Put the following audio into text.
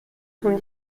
sont